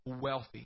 wealthy